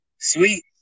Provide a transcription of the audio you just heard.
Sweet